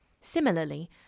Similarly